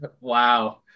Wow